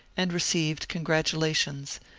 and received congratu lations,